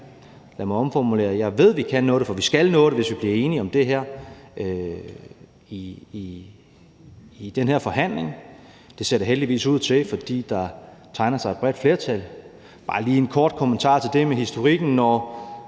Lad mig omformulere det: Jeg ved, at vi kan nå det, for vi skal nå det, hvis vi bliver enige om det i den her forhandling. Det ser det heldigvis ud til, fordi der tegner sig et bredt flertal. Og bare lige en kort kommentar til det med historikken: